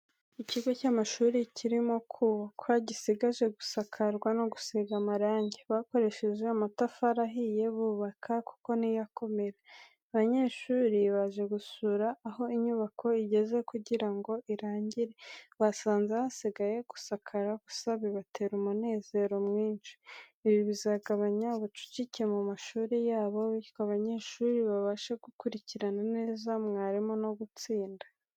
Ikigo cy'amashuri kirimo kubakwa, gisigaje gusakarwa no gusigwa amarangi, bakoresheje amatafari ahiye bubaka kuko niyo akomera. Abanyeshuri baje gusura aho inyubako igeze kugira ngo irangire, basanze hasigaye gusakara gusa bibatera umunezero mwinshi. Ibi bizagabanya ubucucike mu mashuri yabo, bityo abanyeshuri babashe gukurikira neza mwarimu no gutsinda.